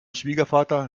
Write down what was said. schwiegervater